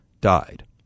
died